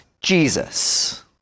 Jesus